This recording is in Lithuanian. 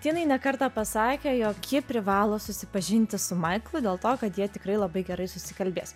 tinai ne kartą pasakė jog ji privalo susipažinti su maiklu dėl to kad jie tikrai labai gerai susikalbės